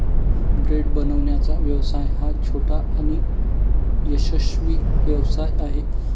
bread बनवण्याचा व्यवसाय हा छोटा आणि यशस्वी व्यवसाय आहे